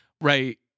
right